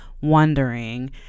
wondering